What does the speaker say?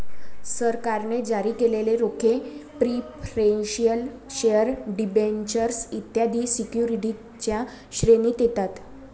सरकारने जारी केलेले रोखे प्रिफरेंशियल शेअर डिबेंचर्स इत्यादी सिक्युरिटीजच्या श्रेणीत येतात